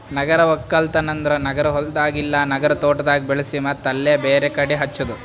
ನಗರ ಒಕ್ಕಲ್ತನ್ ಅಂದುರ್ ನಗರ ಹೊಲ್ದಾಗ್ ಇಲ್ಲಾ ನಗರ ತೋಟದಾಗ್ ಬೆಳಿಸಿ ಮತ್ತ್ ಅಲ್ಲೇ ಬೇರೆ ಕಡಿ ಹಚ್ಚದು